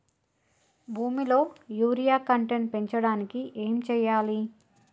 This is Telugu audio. భూమిలో యూరియా కంటెంట్ పెంచడానికి ఏం చేయాలి?